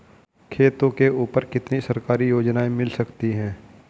खेतों के ऊपर कितनी सरकारी योजनाएं मिल सकती हैं?